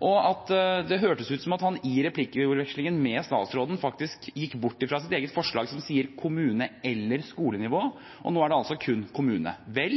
og det hørtes ut som om han i replikkvekslingen med statsråden faktisk gikk bort fra sitt eget – og Senterpartiets – forslag, som sier «skole- eller kommunenivå», og nå er det altså kun på kommunenivå. Vel,